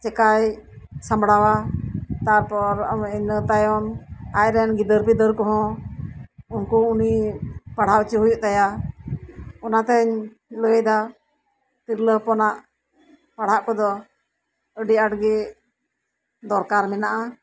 ᱪᱮᱠᱟᱭ ᱥᱟᱢᱵᱽᱲᱟᱣᱟ ᱛᱟᱨᱯᱚᱨ ᱤᱱᱟᱹ ᱛᱟᱭᱚᱢ ᱟᱡ ᱨᱮᱱ ᱜᱤᱫᱟᱹᱨ ᱯᱤᱫᱟᱹᱨ ᱠᱚᱦᱚᱸ ᱩᱝᱠᱩ ᱩᱱᱤ ᱯᱟᱲᱦᱟᱣ ᱪᱚ ᱦᱩᱭᱩᱜ ᱛᱟᱭᱟ ᱚᱱᱟ ᱛᱮᱧ ᱞᱟᱹᱭ ᱫᱟ ᱛᱤᱨᱞᱟᱹ ᱦᱚᱯᱚᱱᱟᱜ ᱯᱟᱲᱦᱟᱜ ᱠᱚᱫᱚ ᱟᱰᱤ ᱟᱸᱴ ᱜᱮ ᱫᱚᱨᱠᱟᱨ ᱢᱮᱱᱟᱜᱼᱟ